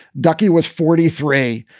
ducky was forty three.